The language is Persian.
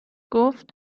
گفت